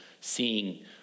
seeing